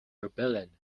rebellion